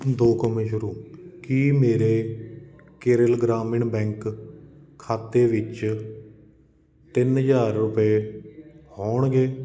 ਦੋ ਕੌਮੇ ਸ਼ੁਰੂ ਕੀ ਮੇਰੇ ਕੇਰਲ ਗ੍ਰਾਮੀਣ ਬੈਂਕ ਖਾਤੇ ਵਿੱਚ ਤਿੰਨ ਹਜ਼ਾਰ ਰੁਪਏ ਹੋਣਗੇ